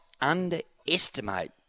underestimate